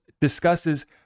discusses